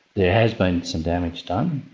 there has been some damage done.